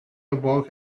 awoke